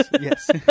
Yes